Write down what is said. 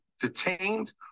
detained